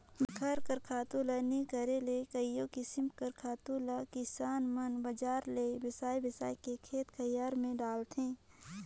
घर कर खातू ल नी करे ले कइयो किसिम कर खातु ल किसान मन बजार ले बेसाए बेसाए के खेत खाएर में डालथें